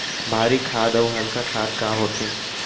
भारी खाद अऊ हल्का खाद का होथे?